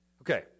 Okay